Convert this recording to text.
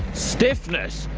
stiffness,